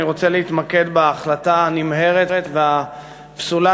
אני רוצה להתמקד בהחלטה הנמהרת והפסולה